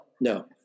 no